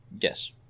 Yes